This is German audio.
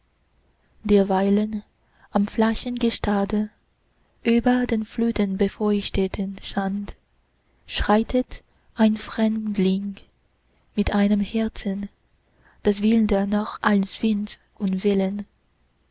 derweilen am flachen gestade über den flutbefeuchteten sand schreitet ein fremdling mit einem herzen das wilder noch als wind